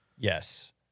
Yes